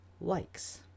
likes